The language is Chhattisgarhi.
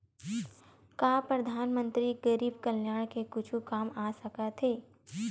का परधानमंतरी गरीब कल्याण के कुछु काम आ सकत हे